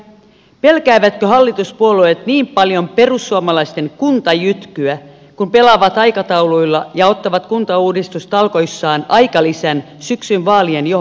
pelkäävätkö hallituspuolueet niin paljon perussuomalaisten kuntajytkyä kun pelaavat aikatauluilla ja ottavat kuntauudistustalkoissaan aikalisän syksyn vaalien johdosta